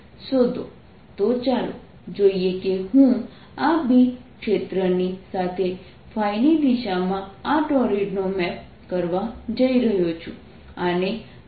B0J A B તો ચાલો જોઈએ કે હું આ B ક્ષેત્રની સાથે ની દિશામાં આ ટૉરિડ નો મેપ કરવા જઇ રહ્યો છું